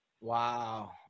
Wow